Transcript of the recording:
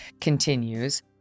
continues